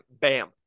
bam